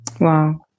wow